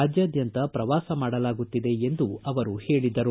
ರಾಜ್ಞಾದ್ಯಂತ ಪ್ರವಾಸ ಮಾಡಲಾಗುತ್ತಿದೆ ಎಂದು ಹೇಳಿದರು